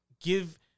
give